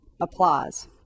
applause